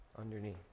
underneath